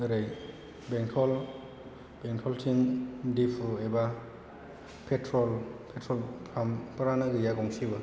ओरै बेंथलथिं दिप' एबा पेट्र'ल पाम्पफोरानो गैया गंसेबो